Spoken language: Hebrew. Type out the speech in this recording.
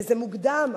זה מוקדם,